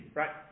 right